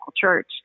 church